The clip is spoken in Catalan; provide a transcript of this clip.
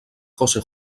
josé